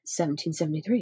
1773